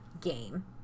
game